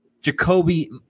Jacoby